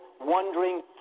wondering